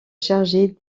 chargé